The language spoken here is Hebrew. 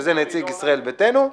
מישראל ביתנו,